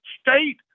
State